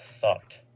sucked